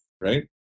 right